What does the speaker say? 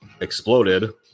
exploded